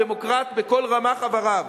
דמוקרט בכל רמ"ח איבריו.